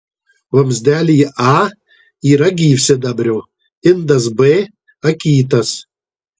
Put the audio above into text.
vamzdelyje a yra gyvsidabrio indas b akytas